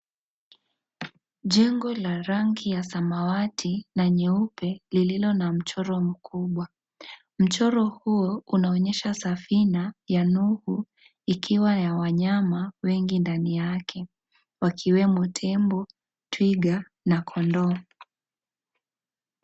Jengo la rangi ya samawati na nyeupe lililo na mchoro mkubwa. Mchoro huo unaonyesha safina ya Nuhu ikiwa na wanyama wengi ndani yake, wakiwemo tembo, twiga, na kondoo.